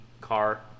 car